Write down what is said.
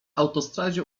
autostradzie